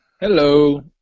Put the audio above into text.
Hello